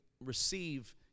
receive